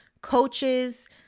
coaches